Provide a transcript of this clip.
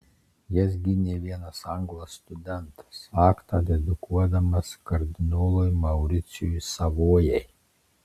jas gynė vienas anglas studentas aktą dedikuodamas kardinolui mauricijui savojai